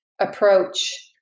approach